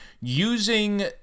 using